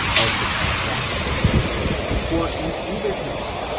of the transaction for, in either case,